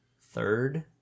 third